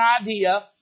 idea